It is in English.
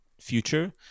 future